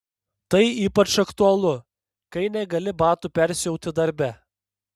tai ypač aktualu kai negali batų persiauti darbe